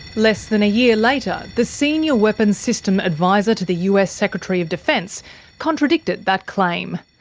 less than a year later the senior weapons system adviser to the us secretary of defence contradicted that claim.